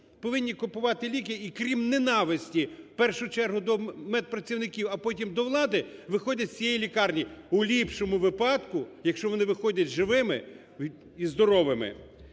повинні купувати ліки, і крім ненависті у першу чергу до медпрацівників, а потім до влади виходять з цієї лікарні, у ліпшому випадку, якщо вони виходять живими і здоровими.